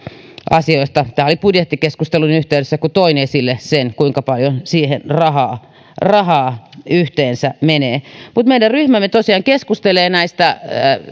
asioista tämä oli budjettikeskustelun yhteydessä kun toin esille sen kuinka paljon siihen rahaa rahaa yhteensä menee mutta meidän ryhmämme tosiaan keskustelee näistä